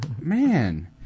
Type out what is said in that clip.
Man